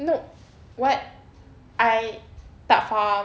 no what I tak faham